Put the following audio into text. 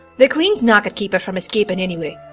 the queen's knack'd keep her from escaping anyway.